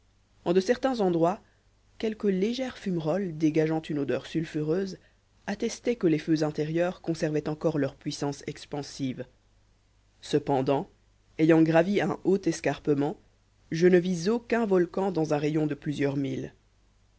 en de certains endroits quelques légères fumerolles dégageant une odeur sulfureuse attestaient que les feux intérieurs conservaient encore leur puissance expansive cependant ayant gravi un haut escarpement je ne vis aucun volcan dans un rayon de plusieurs milles